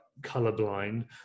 colorblind